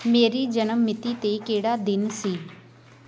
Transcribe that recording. ਮੇਰੀ ਜਨਮ ਮਿਤੀ 'ਤੇ ਕਿਹੜਾ ਦਿਨ ਸੀ